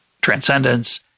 transcendence